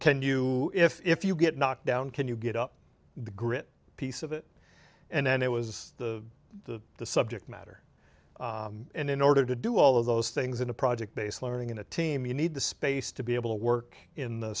can you if you get knocked down can you get up the grit piece of it and then it was the the the subject matter and in order to do all of those things in a project based learning in a team you need the space to be able to work in